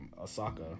Osaka